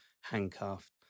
handcuffed